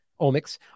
omics